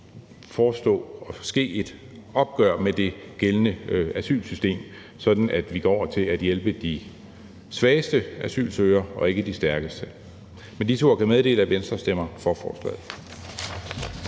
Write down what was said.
skal forestå og ske et opgør med det gældende asylsystem, sådan at vi går over til at hjælpe de svageste asylsøgere og ikke de stærkeste. Med disse ord kan jeg meddele, at Venstre stemmer for forslaget.